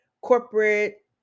corporate